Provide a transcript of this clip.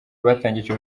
batangije